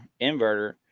inverter